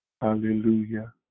Hallelujah